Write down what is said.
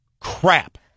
crap